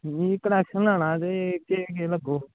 में कनेक्शन लैना ते केह् केह् लग्गग